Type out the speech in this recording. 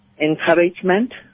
encouragement